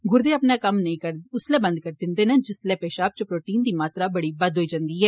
गुर्दे अपना कम्म करना उस्सलै बंद करी दिन्दे न जिस्सले पेषाव च प्रोटिन दी मात्रा बड़ी बद्द होई जन्दी ऐ